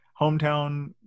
Hometown